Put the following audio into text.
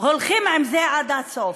הולכים עם זה עד הסוף.